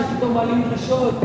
שפתאום מעלים דרישות,